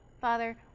Father